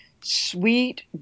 sweet